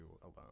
alone